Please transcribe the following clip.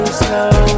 slow